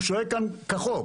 הוא שוהה כאן כחוק.